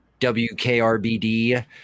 WKRBD